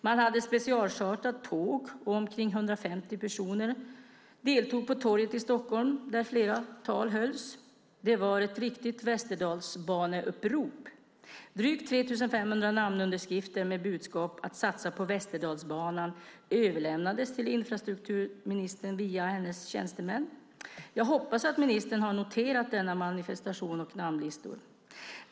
Man hade specialchartrat tåg och omkring 150 personer deltog på torget i Stockholm, där flera tal hölls. Det var ett riktigt Västerdalsbaneupprop. Drygt 3 500 namnunderskrifter med budskapet att satsa på Västerdalsbanan överlämnades till infrastrukturministern via hennes tjänstemän. Jag hoppas att ministern har noterat denna manifestation och namnlistorna.